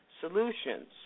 solutions